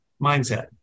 mindset